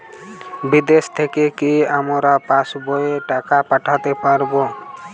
বিদেশ থেকে কি আমার পাশবইয়ে টাকা পাঠাতে পারবে?